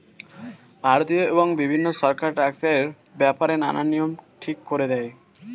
ভারতীয় এবং বিভিন্ন সরকার ট্যাক্সের ব্যাপারে নানান নিয়ম ঠিক করে দেয়